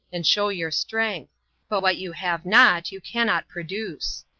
and show your strength but what you have not you cannot produce.